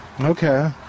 okay